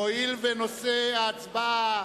והואיל ונושא ההצבעה